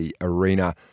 Arena